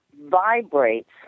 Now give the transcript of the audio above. vibrates